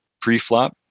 pre-flop